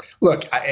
Look